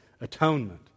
atonement